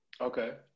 okay